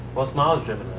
most miles driven,